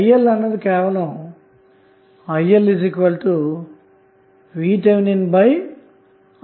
IL అన్నది కేవలం ILVThRThRL